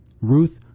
Ruth